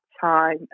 time